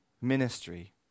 ministry